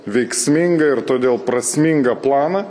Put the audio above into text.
veiksmingą ir todėl prasmingą planą